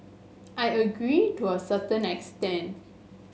I agree to a certain extent